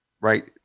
Right